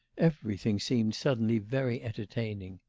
everything seemed suddenly very entertaining.